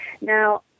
Now